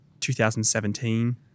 2017